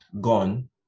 gone